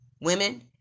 Women